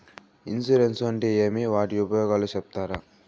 Insurance అంటే ఏమి? వాటి ఉపయోగాలు సెప్తారా?